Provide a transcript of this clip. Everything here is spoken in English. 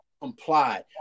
comply